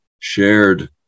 Shared